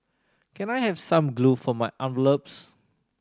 can I have some glue for my envelopes